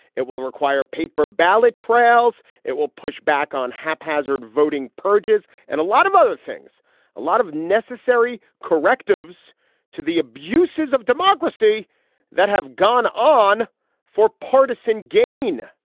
it will require paper ballot trails. it will push back on haphazard voting purges and a lot of other things a lot of necessary corrective as to the abuses of democracy that have gone on for partisan gain.